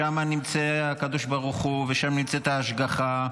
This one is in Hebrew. שם נמצא הקדוש ברוך הוא ושם נמצאת ההשגחה.